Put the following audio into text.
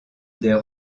des